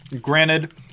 Granted